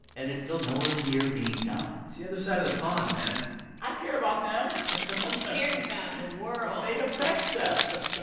and it's still nowhere near being done it's the other side of the pond, man i care about them he cares about the world they affect us.